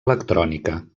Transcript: electrònica